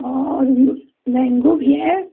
और मैन्गो भी है